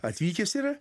atvykęs yra